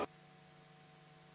Hvala